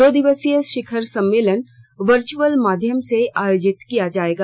दो दिवसीय शिखर सम्मेलन वर्चअल माध्यम से आयोजित किया जाएगा